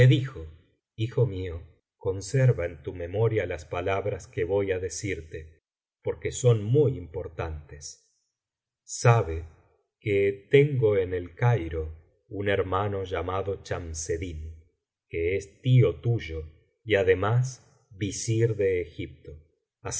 dijo hijo mío conserva en tu memoria las palabras que voy á decirte porque son muy importantes sabe que tengo en el cairo un hermano llamado chamseddin que es tío tuyo y además visir de egipto